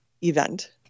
event